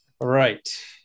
right